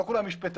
לא כולם משפטנים,